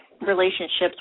relationships